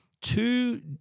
two